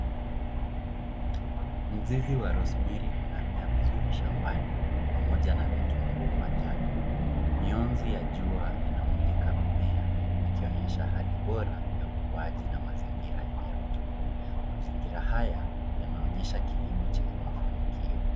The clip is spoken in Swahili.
Mzizi wa rosemary unamea vizuri shambani pamoja na vitunguu majani. Miunzi ya jua inamulika mimea ikionyesha hali bora ya ukuaji na mazingira yenye rotuba. Mazingira haya yanaonyesha kilimo chenye mafanikio.